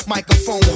Microphone